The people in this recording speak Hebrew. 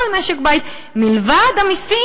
כל משק-בית, מלבד המסים.